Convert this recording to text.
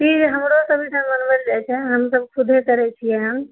खीर हमरो सभ इधर बनाओल जाइ छै हम सभ खुदे करै छियनि